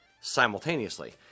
simultaneously